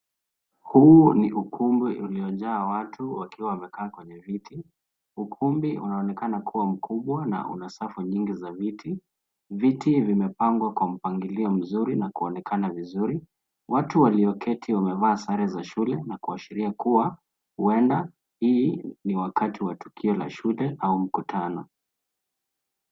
Huu ni ukumbi uliojaa watu wakiwa wamekaa kwenye viti. Ukumbi unaonekana kuwa mkubwa na una safu nyingi za viti. Viti vimepangwa kwa mpangilio mzuri na kuonekana vizuri. Watu walioketi wamevaa sare za shule na kuashiria kuwa huenda hii ni wakati wa tukio la shule au mkutano.